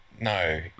no